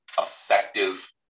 effective